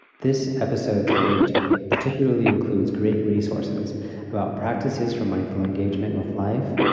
this episode page particularly includes great resources about practices from mindful engagement with life,